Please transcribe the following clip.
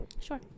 Sure